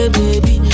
baby